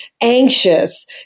anxious